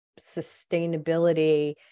sustainability